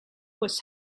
was